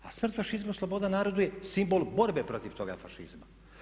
A "Smrt fašizmu sloboda narodu" je simbol borbe protiv toga fašizma.